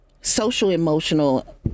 social-emotional